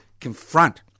confront